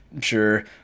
sure